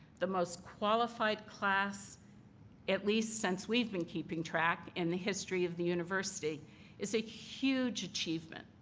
the most qualified class at least since we've been keeping track, in the history of the university is a huge achievement.